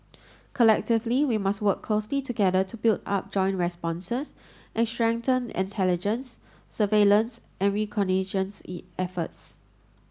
collectively we must work closely together to build up joint responses and strengthen intelligence surveillance and reconnaissance efforts